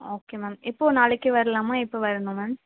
okay ma'am எப்போது நாளைக்கு வரலாமா எப்போது வரணும் மேம்